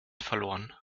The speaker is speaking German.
verloren